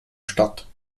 statt